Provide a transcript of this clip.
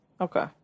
okay